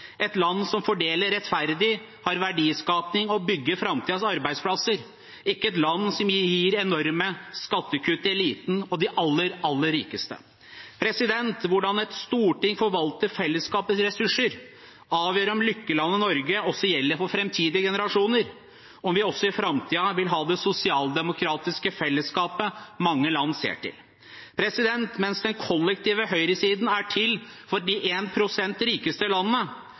et land som fordeler rettferdig, har verdiskaping og bygger framtidens arbeidsplasser – ikke et land som gir enorme skattekutt til eliten og de aller, aller rikeste. Hvordan et storting forvalter fellesskapets ressurser, avgjør om lykkelandet Norge også gjelder for framtidige generasjoner, om vi også i framtiden vil ha det sosialdemokratiske fellesskapet mange land ser til. Mens den kollektive høyresiden er til for de 1 pst. rikeste